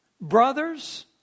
brothers